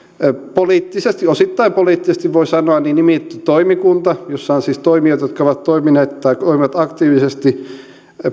sanoa osittain poliittisesti nimitetty toimikunta jossa on siis toimijat jotka ovat toimineet tai toimivat aktiivisesti